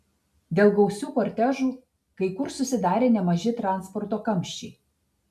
dėl gausių kortežų kai kur susidarė nemaži transporto kamščiai